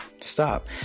Stop